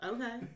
Okay